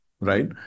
right